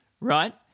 Right